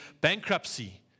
bankruptcy